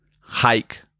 hike